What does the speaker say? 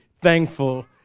thankful